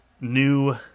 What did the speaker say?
new